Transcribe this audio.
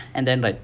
and then right